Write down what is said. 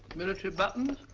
military buttons,